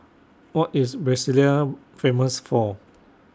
What IS Brasilia Famous For